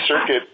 Circuit